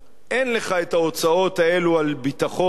אין לך ההוצאות האלה על ביטחון,